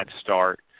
start